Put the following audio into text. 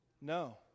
No